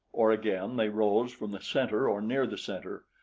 or again they rose from the center or near the center,